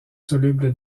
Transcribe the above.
solubles